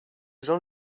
jean